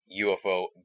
UFO